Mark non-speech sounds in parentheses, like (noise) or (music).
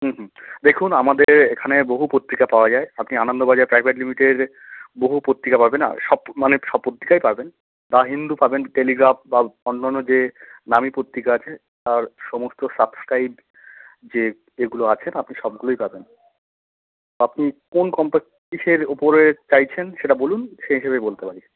হুম হুম দেখুন আমাদের এখানে বহু পত্রিকা পাওয়া যায় আপনি আনন্দবাজার প্রাইভেট লিমিটেডের বহু পত্রিকা পাবেন সব মানে সব পত্রিকাই পাবেন দ্য হিন্দু পাবেন টেলিগ্রাফ বা অন্য অন্য যে নামী পত্রিকা আছে তার সমস্ত সাবস্ক্রাইব যে ইয়েগুলো আছে না আপনি সবগুলোই পাবেন আপনি কোন (unintelligible) কীসের উপরে চাইছেন সেটা বলুন সেই হিসেবে বলতে পারি